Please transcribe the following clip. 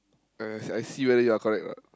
uh I see whether you are correct or not